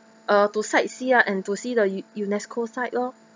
uh to sight see lah and to see the u~ UNESCO site lor